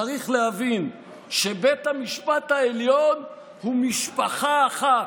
"צריך להבין שבית המשפט העליון הוא משפחה אחת.